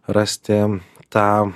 rasti tą